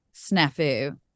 snafu